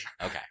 Okay